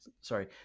sorry